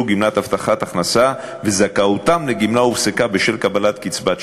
גמלת הבטחת הכנסה וזכאותם לגמלה הופסקה בשל קבלת קצבת שאירים.